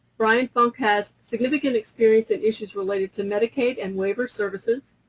bryan funk has significant experience in issues related to medicaid and waiver services,